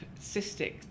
cystic